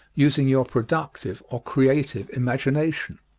using your productive, or creative, imagination.